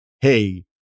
hey